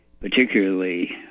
particularly